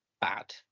bad